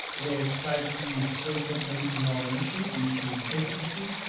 with safeties frequently not an issue, the issue is efficacy,